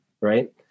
Right